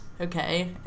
okay